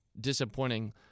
disappointing